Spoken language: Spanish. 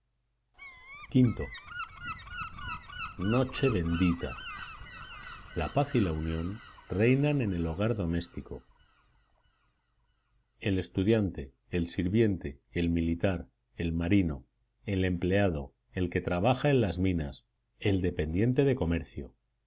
v noche bendita la paz y la unión reinan en el hogar doméstico el estudiante el sirviente el militar el marino el empleado el que trabaja en las minas el dependiente de comercio